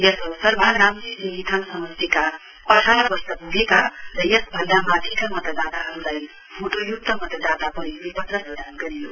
यस अवसरमा नाम्ची सिंगिथाङ समष्टिका अठार वर्ष पुगेका र यस भन्दा माथिका मतदाताहरुलाई फोटोयुक्त मतदाता परिचय पत्र प्रदान गरियो